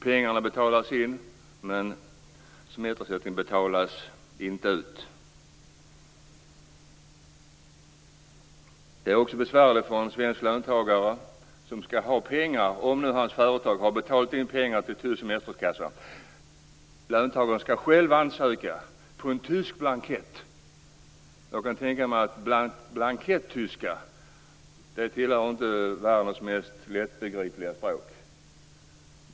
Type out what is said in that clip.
Pengarna betalas in, men semesterersättning betalas inte ut. Det är också besvärligt för en svensk löntagare som skall ha pengar, om nu hans företag har betalat in pengar till tysk semesterkassa. Löntagaren skall då själv ansöka - på en tysk blankett. Jag kan tänka mig att blankettyska inte tillhör världens mest lättbegripliga språk.